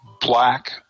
black